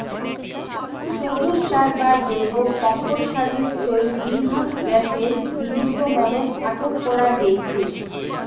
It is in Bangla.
সবুজ সার বা জৈব কম্পোট সারের চইল গ্রীনহাউস গ্যাসের বিনির্গমনক আটক করা গেইচে